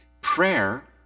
Prayer